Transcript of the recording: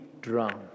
drown